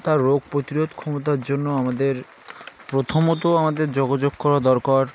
তা রোগ প্রতিরোধ ক্ষমতার জন্য আমাদের প্রথমত আমাদের যোগাযোগ করা দরকার